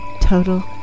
total